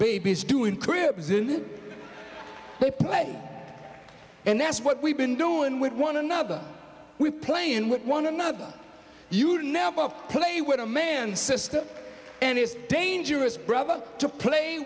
babies do in cribs they play and that's what we've been doing with one another we playin with one another you never play with a man sister and it's dangerous brother to play